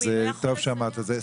אז טוב שאמרת את זה.